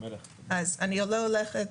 כך שאני לא הולכת